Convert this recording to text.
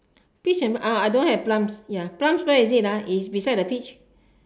peach and don't have plums plums where is it beside the peach